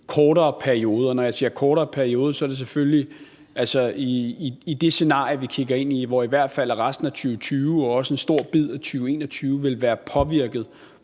kortere periode. Og når jeg siger i en kortere periode, er det selvfølgelig det scenarie, vi kigger ind i, hvor arbejdsmarkedet i hvert fald i resten af 2020 og også i en stor bid af 2021 vil være påvirket